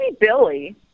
Billy